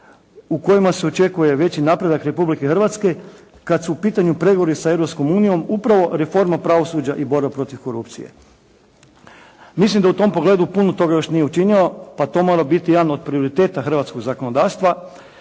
u kojima se očekuje veći napredak Republike Hrvatske kada su u pitanju pregovori sa Europskom unijom upravo reforma pravosuđa i borba protiv korupcije. Mislim da u tom pogledu puno toga još nije učinjeno pa to mora biti jedan od prioriteta hrvatskog zakonodavstva